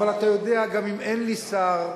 אבל אתה יודע, גם אם אין לי שר,